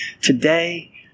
today